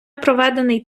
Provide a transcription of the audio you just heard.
проведений